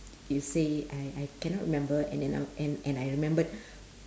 you say I I cannot remember and then I'll and and I remembered